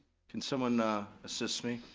can someone assist me?